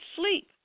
sleep